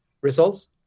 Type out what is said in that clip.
Results